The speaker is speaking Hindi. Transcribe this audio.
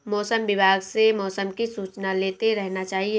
मौसम विभाग से मौसम की सूचना लेते रहना चाहिये?